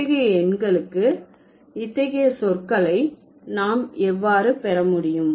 அத்தகைய எண்களுக்கு இத்தகைய சொற்களை நாம் எவ்வாறு பெறமுடியும்